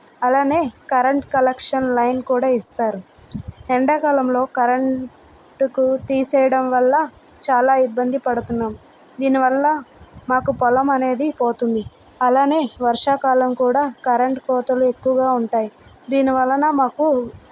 అలానే current collection line కూడా ఇస్తారు ఎండాకాలంలో కరెంటుకు తీసేయడం వల్ల చాలా ఇబ్బంది పడుతున్నాము దీని వల్ల మాకు పొలం అనేది పోతుంది అలానే వర్షాకాలం కూడా కరెంటు కోతలు ఎక్కువగా ఉంటాయి దీని వలన మాకు